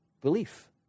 belief